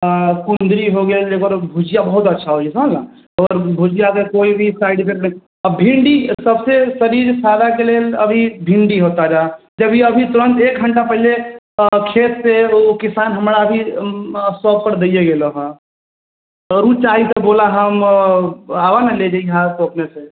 कुन्दरी हो गेल एकर भुजिया बहुत अच्छा होइए समझलऽ आओर भुजियाके कोइ भी साइड इफेक्ट नहि भिण्डी सबसँ शरीरमे फायदाके लेल अभी भिण्डी हउ ताजा जब अभी तुरन्त एक घण्टा पहिले खेतसँ ओ किसान हमर अभी शॉपपर दैए गेलौहँ तरुण चाही तऽ बोलऽ हम आबऽ ने लऽ जइहऽ तू अपनेसँ